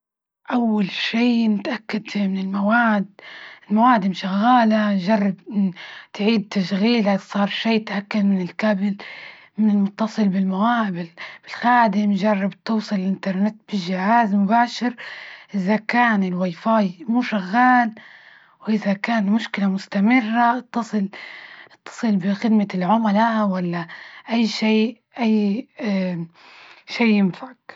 أول شي نتأكد من المواد- المواد إنها شغالة جرب إن تعيد تشغيله، صار شي تأكد من الكابل، منه المتصل بالموابل، بالخادم جرب توصل الإنترنت بالجهاز مباشر، إذا كان الواي فاي مو شغال، وإذا كان مشكلة مستمرة اتصل اتصل بخدمة العملاء ولا أي شي- أي شي ينفعك.